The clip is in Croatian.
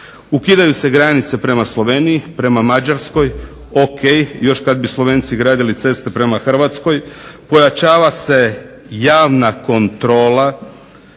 Ukidaju se granice prema Sloveniji, prema Mađarskoj, ok, još kad bi Slovenci gradili ceste prema Hrvatskoj. Pojačava se javna kontrola.